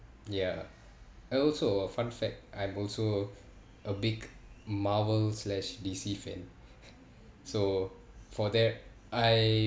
ya I also uh fun fact I'm also a big marvel slash D_C fan so for that I